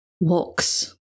walks